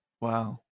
Wow